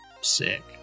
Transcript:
Sick